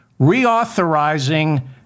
reauthorizing